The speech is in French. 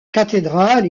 cathédrale